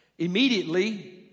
Immediately